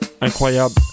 incroyable